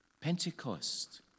Pentecost